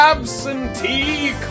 Absentee